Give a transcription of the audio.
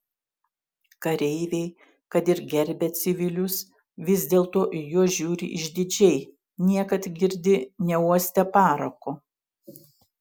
kareiviai kad ir gerbia civilius vis dėlto į juos žiūri išdidžiai niekad girdi neuostę parako